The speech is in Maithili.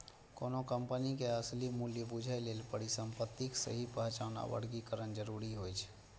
कोनो कंपनी के असली मूल्य बूझय लेल परिसंपत्तिक सही पहचान आ वर्गीकरण जरूरी होइ छै